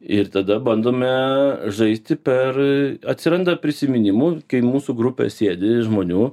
ir tada bandome žaisti per atsiranda prisiminimų kai mūsų grupė sėdi žmonių